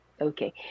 okay